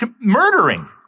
murdering